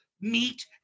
meat